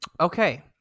Okay